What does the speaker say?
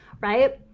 right